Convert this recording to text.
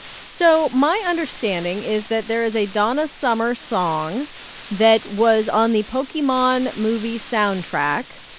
so my understanding is that there is a donna summer song that was on the pokemon movie soundtrack,